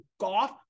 golf